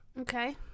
Okay